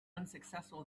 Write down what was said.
unsuccessful